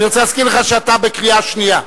אני רוצה להזכיר לך שאתה בקריאה שנייה.